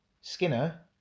Skinner